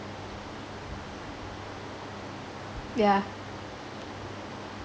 yeah